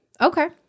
Okay